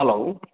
hello